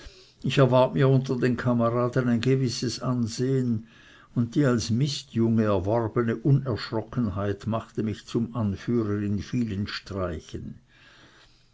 ich erwarb mir unter den kameraden ein gewisses ansehen und die als mistjunge erworbene unerschrockenheit machte mich zum anführer in vielen streichen